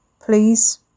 Please